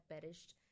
perished